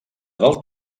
del